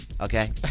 Okay